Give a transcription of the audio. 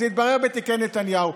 זה יתברר בתיקי נתניהו.